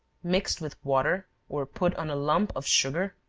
mixed with water, or put on a lump of sugar,